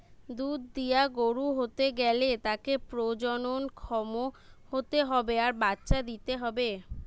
দুধ দিয়া গরু হতে গ্যালে তাকে প্রজনন ক্ষম হতে হবে আর বাচ্চা দিতে হবে